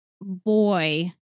boy